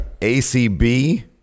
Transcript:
ACB